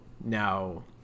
now